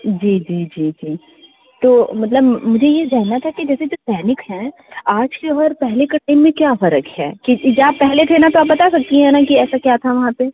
जी जी जी जी तो मतलब मुझे यह जानना था कि जैसे जो सैनिक हैं आज के और पहले के टाइम में क्या फ़र्क़ है कि आप पहले थे ना तो आप बता सकती हैं ना कि ऐसा क्या था वहाँ पर